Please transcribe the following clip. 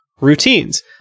routines